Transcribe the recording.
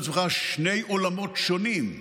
שני עולמות שונים,